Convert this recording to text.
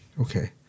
Okay